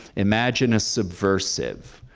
imagine a subversive.